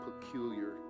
peculiar